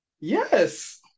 Yes